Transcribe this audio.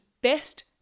best